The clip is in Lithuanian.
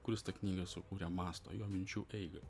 kuris tą knygą sukūrė mąsto jo minčių eiga